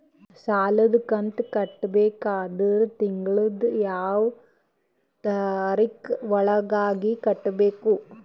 ಸಾಲದ ಕಂತು ಕಟ್ಟಬೇಕಾದರ ತಿಂಗಳದ ಯಾವ ತಾರೀಖ ಒಳಗಾಗಿ ಕಟ್ಟಬೇಕು?